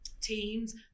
teams